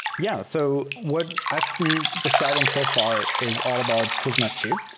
yeah. so what i've been describing so far is all about prisma two.